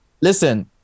Listen